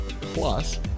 plus